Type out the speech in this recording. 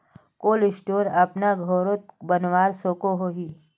Cold store अपना घोरोत बनवा सकोहो ही?